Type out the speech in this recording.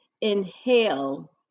inhale